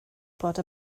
bod